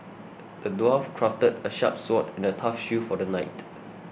the dwarf crafted a sharp sword and a tough shield for the knight